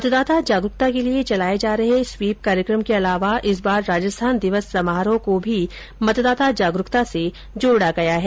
मतदाता जागरूकता के लिए चलाए जा रहे स्वीप कार्यक्रम के अलावा इस बार राजस्थान दिवस समारोह को भी मतदाता जागरूकता से जोड़ा गया है